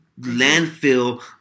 landfill